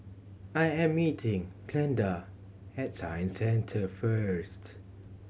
I am meeting Glenda at Science Centre first